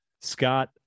Scott